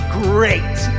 great